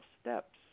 Steps